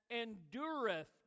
endureth